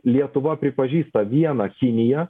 lietuva pripažįsta vieną kiniją